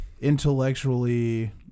intellectually –